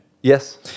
Yes